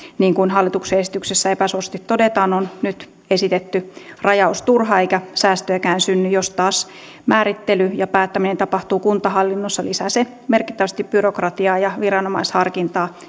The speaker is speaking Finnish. niin kuin hallituksen esityksessä epäsuorasti todetaan on nyt esitetty rajaus turha eikä säästöjäkään synny jos taas määrittely ja päättäminen tapahtuu kuntahallinnossa lisää se merkittävästi byrokratiaa ja viranomaisharkintaa